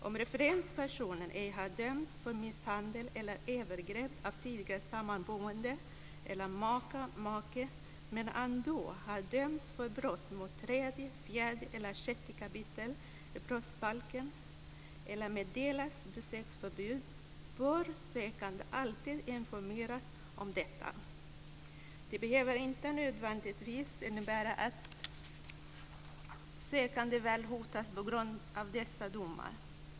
Om referenspersonen ej har dömts för misshandel eller övergrepp av tidigare sammanboende, maka eller make men ändå har dömts för brott mot tredje, fjärde eller sjätte kapitlet i brottsbalken eller meddelats besöksförbud bör sökanden alltid informeras om detta. Det behöver inte nödvändigtvis innebära att sökanden hotas på grund av dessa domar.